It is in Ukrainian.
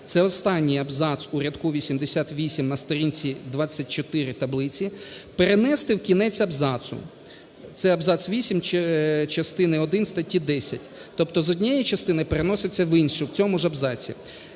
(це останній абзац у рядку 88 на сторінці 24 таблиці) перенести в кінець абзацу. Це абзац вісім частини один статті 10, тобто з однієї частини переноситься в іншу в цьому ж абзаці,